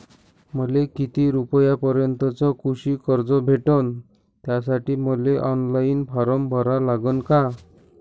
मले किती रूपयापर्यंतचं कृषी कर्ज भेटन, त्यासाठी मले ऑनलाईन फारम भरा लागन का?